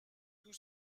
tout